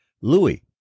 Louis